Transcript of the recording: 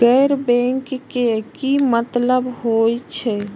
गैर बैंकिंग के की मतलब हे छे?